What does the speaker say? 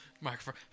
microphone